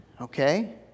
okay